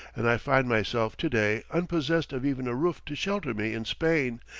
and i find myself to-day unpossessed of even a roof to shelter me in spain,